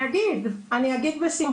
אני אגיד בשמחה.